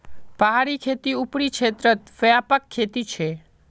पहाड़ी खेती ऊपरी क्षेत्रत व्यापक खेती छे